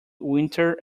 winter